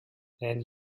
and